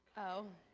oh,